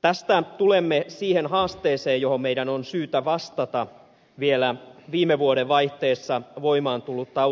tästä tulemme siihen haasteeseen johon meidän on syytä vastata vielä viime vuodenvaihteessa voimaan tullutta